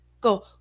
Go